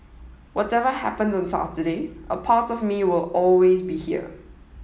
whatever happens on Saturday a part of me will always be here